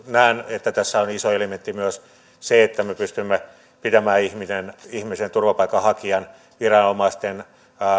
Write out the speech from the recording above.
että tässä on iso elementti myös se että me pystymme pitämään ihmisen turvapaikanhakijan viranomaisten